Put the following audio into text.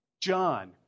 John